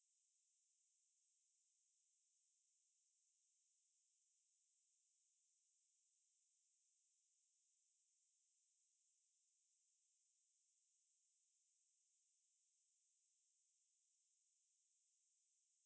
yesterday nothing lah I was just cooking food at home and everything then நான் வந்து:naan vanthu uh school போலாம் நினைத்தேன்:polaam ninaitthaen but then போகல:pokala also because uh chin was going out with the car then like